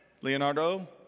Leonardo